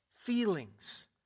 Feelings